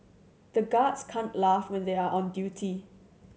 the guards can't laugh when they are on duty